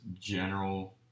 general